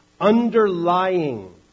underlying